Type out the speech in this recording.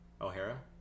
O'Hara